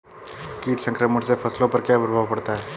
कीट संक्रमण से फसलों पर क्या प्रभाव पड़ता है?